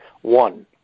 One